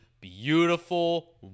beautiful